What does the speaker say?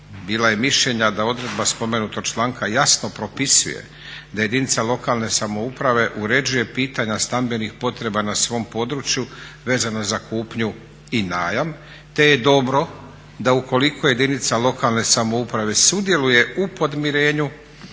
bila je mišljenja da odredba spomenutog članka jasno propisuje da jedinica lokalne samouprave uređuje pitanja stambenih potreba na svom području vezano za kupnju i najam, te je dobro da ukoliko jedinica lokalne samouprave sudjeluje u podmirenju